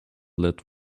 let